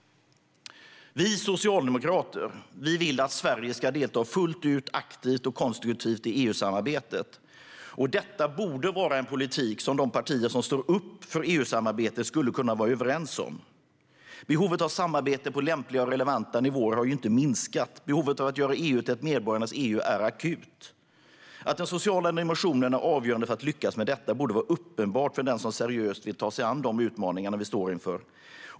Vi socialdemokrater vill att Sverige ska delta fullt ut, aktivt och konstruktivt i EU-samarbetet. Detta borde vara en politik som de partier som står upp för EU-samarbetet skulle kunna vara överens om. Behovet av samarbete på lämpliga och relevanta nivåer har inte minskat. Behovet av att göra EU till ett medborgarnas EU är akut. Att den sociala dimensionen är avgörande för att lyckas med detta borde vara uppenbart för den som seriöst vill ta sig an de utmaningar vi står inför.